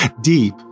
deep